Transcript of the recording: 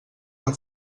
que